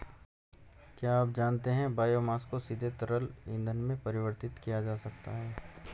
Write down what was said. क्या आप जानते है बायोमास को सीधे तरल ईंधन में परिवर्तित किया जा सकता है?